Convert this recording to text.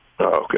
Okay